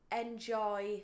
enjoy